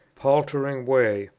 paltering way,